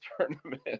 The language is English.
tournament